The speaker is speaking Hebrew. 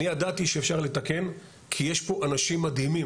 אני ידעתי שאפשר לתקן, כי יש פה אנשים מדהימים.